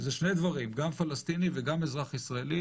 אלו שני דברים גם פלסטיני וגם אזרח ישראלי,